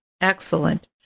Excellent